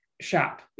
shop